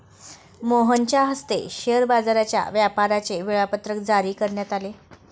मोहनच्या हस्ते शेअर बाजाराच्या व्यापाराचे वेळापत्रक जारी करण्यात आले